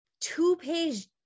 two-page